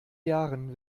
jahren